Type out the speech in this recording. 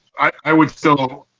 i would still,